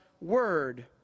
word